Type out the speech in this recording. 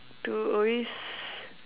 to always